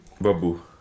Babu